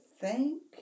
thank